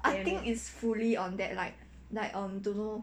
I think is fully on that like like um don't know